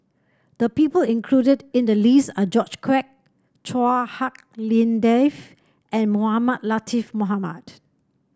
the people included in the list are George Quek Chua Hak Lien Dave and Mohamed Latiff Mohamed